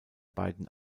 beiden